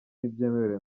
ntibyemewe